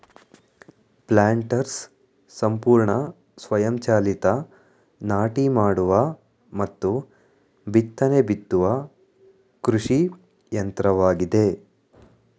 planters ಸಂಪೂರ್ಣ ಸ್ವಯಂ ಚಾಲಿತ ನಾಟಿ ಮಾಡುವ ಮತ್ತು ಬಿತ್ತನೆ ಬಿತ್ತುವ ಕೃಷಿ ಯಂತ್ರವಾಗಿದೆ